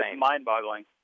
mind-boggling